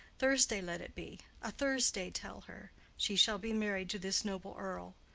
thursday let it be a thursday, tell her she shall be married to this noble earl.